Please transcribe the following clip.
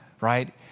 right